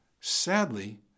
Sadly